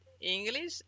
English